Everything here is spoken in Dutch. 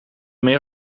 meer